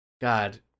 God